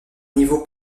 niveau